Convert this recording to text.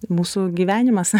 mūsų gyvenimas